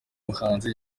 muhanzi